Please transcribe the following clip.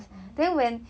oh